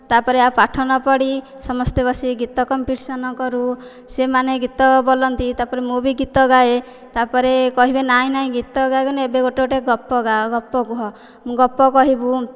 ତା'ପରେ ଆଉ ପାଠ ନ ପଢି ସମସ୍ତେ ବସିକି ଗୀତ କମ୍ପିଟିସନ୍ କରୁ ସେମାନେ ଗୀତ ବୋଲନ୍ତି ତା'ପରେ ମୁଁ ବି ଗୀତ ଗାଏ ତା'ପରେ କହିବେ ନାଇଁ ନାଇଁ ଗୀତ ଗାଇବୁନି ଏବେ ଗୋଟେ ଗୋଟେ ଗପ ଗାଅ ଗପ କୁହ ଗପ କହିବୁ